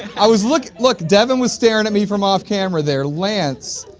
i was looking look devin was staring at me from off-camera there. lance,